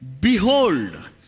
Behold